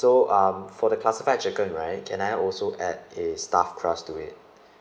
so um for the classified chicken right can I also add a stuffed crust to it